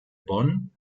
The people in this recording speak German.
bonn